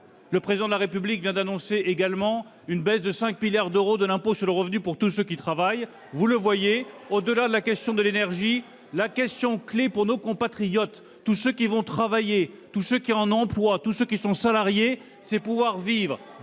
Le Président de la République vient également d'annoncer une baisse de 5 milliards d'euros de l'impôt sur le revenu pour tous ceux qui travaillent. Vous le voyez, au-delà du sujet de l'énergie, la question clé pour nos compatriotes, pour tous ceux qui vont travailler, qui ont un emploi, qui sont salariés, c'est de pouvoir vivre